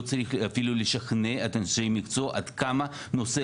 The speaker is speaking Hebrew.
לא צריך אפילו לשכנע את אנשי המקצוע עד כמה הנושא